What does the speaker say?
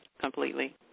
completely